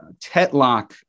Tetlock